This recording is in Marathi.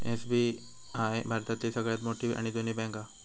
एस.बी.आय भारतातली सगळ्यात मोठी आणि जुनी बॅन्क हा